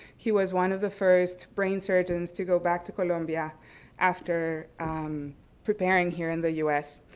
he was one of the first brain surgeons to go back to columbia after preparing here in the u s.